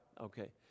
Okay